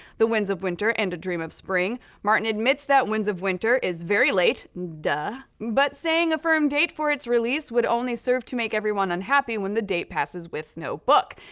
the winds of winter and a dream of spring. martin admits that winds of winter is very late, duh, but saying a firm date for its release would only serve to make everyone unhappy when the date passes with no book.